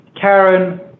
Karen